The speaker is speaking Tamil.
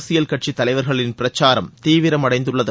அரசியல் கட்சி தலைவர்களின் பிரச்சாரம் தீவிரம் அடைந்துள்ளது